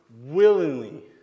willingly